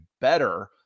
better